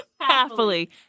happily